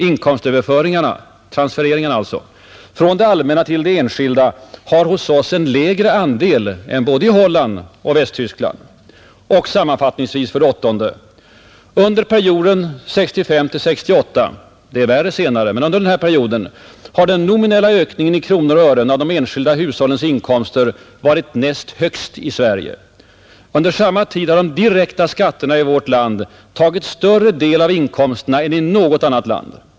Inkomstöverföringarna — transfereringarna — från det allmänna till de enskilda har hos oss en lägre andel än både i Holland och Västtyskland. Och sammanfattningsvis: 8. Under perioden 1965—1968, det är värre senare, har den nominella ökningen i kronor och ören av de enskilda hushållens inkomster varit näst högst i Sverige. Under samma tid har de direkta skatterna i vårt land tagit större del av inkomsterna än i något annat land.